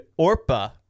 Orpa